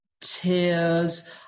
tears